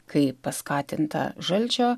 kai paskatinta žalčio